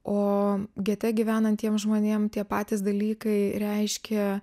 o gete gyvenantiem žmonėm tie patys dalykai reiškė